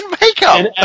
makeup